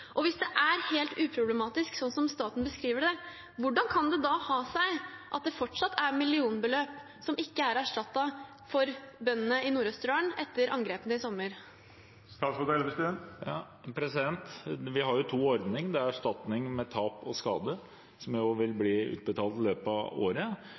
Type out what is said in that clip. Hvis det er helt uproblematisk, sånn som statsråden beskriver det, hvordan kan det da ha seg at det fortsatt er millionbeløp som ikke er erstattet for bøndene i Nord-Østerdalen etter angrepene i sommer? Vi har to ordninger. Det er erstatning for tap og skade, som vil bli utbetalt i løpet av året,